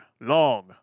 long